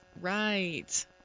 Right